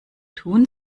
tun